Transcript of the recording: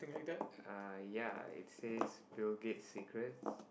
uh ya it says Bill Gates' secrets